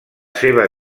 seva